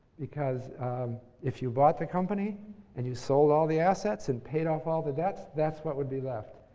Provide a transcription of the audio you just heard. because if you bought the company and you sold all the assets and paid off all the debts, that's what would be left.